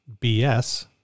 BS